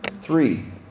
Three